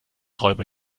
räuber